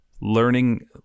learning